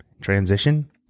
transition